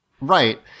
Right